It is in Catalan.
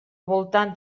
voltant